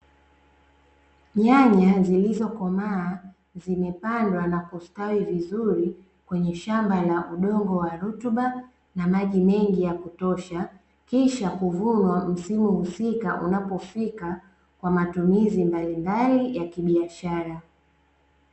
Nyanya zilizokomaa zimepandwa na kustawi vizuri, kwenye shamba la udongo wa rutuba na maji mengi ya kutosha, kisha kuvunwa msimu husika unapofika, kwa matumizi mbalimbali ya kibiashara.